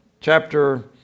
chapter